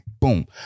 Boom